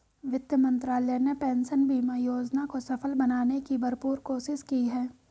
वित्त मंत्रालय ने पेंशन बीमा योजना को सफल बनाने की भरपूर कोशिश की है